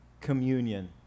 communion